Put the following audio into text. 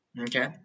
Okay